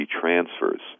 transfers